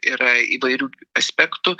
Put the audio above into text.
yra įvairių aspektų